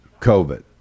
COVID